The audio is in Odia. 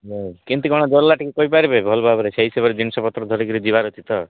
ହଉ କେମିତି କ'ଣ ପୋଡ଼ିଲା ଟିକେ କହି ପାରିବେ ଭଲ ଭାବରେ ସେହି ହିସାବରେ ଜିନିଷ ପତ୍ର ଧରିକି ଯିବାର ଅଛି ତ